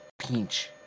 pinch